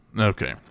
Okay